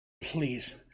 please